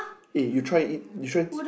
eh you try to eat you try